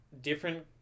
different